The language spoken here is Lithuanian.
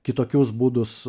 kitokius būdus